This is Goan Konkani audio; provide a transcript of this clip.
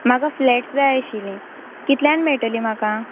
म्हाका फ्लॅट्स जाय आशिल्लीं कितल्यान मेळटलीं म्हाका